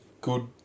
good